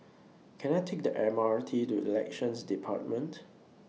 Can I Take The M R T to Elections department